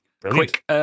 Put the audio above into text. Quick